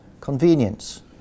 Convenience